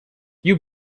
you